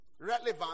relevant